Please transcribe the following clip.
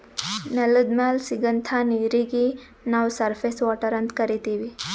ನೆಲದ್ ಮ್ಯಾಲ್ ಸಿಗಂಥಾ ನೀರೀಗಿ ನಾವ್ ಸರ್ಫೇಸ್ ವಾಟರ್ ಅಂತ್ ಕರೀತೀವಿ